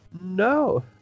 No